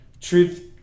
Truth